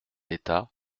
d’état